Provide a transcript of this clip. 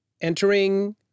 entering